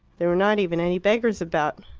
there were not even any beggars about.